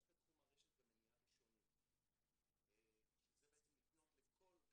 יש בתחום הרשת גם מניעה ראשונית שזה בעצם לפנות לכלל הילדים.